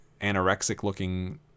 anorexic-looking